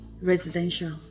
Residential